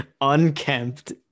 unkempt